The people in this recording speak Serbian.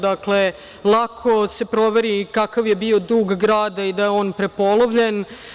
Dakle, lako se proveri i kakav je bio dug grada i da je on prepolovljen.